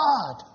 God